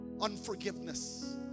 unforgiveness